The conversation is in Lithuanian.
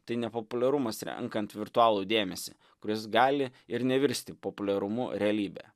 tai nepopuliarumas renkant virtualų dėmesį kuris gali ir nevirsti populiarumu realybėje